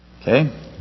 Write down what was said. Okay